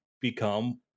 become